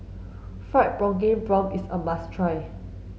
fried pumpkin prawns is a must try